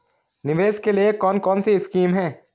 निवेश के लिए कौन कौनसी स्कीम हैं?